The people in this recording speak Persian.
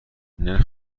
نرخ